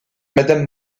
madame